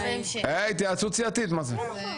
התייעצות סיעתית, מה זה?